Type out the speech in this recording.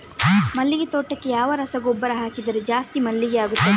ಮಲ್ಲಿಗೆ ತೋಟಕ್ಕೆ ಯಾವ ರಸಗೊಬ್ಬರ ಹಾಕಿದರೆ ಜಾಸ್ತಿ ಮಲ್ಲಿಗೆ ಆಗುತ್ತದೆ?